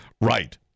Right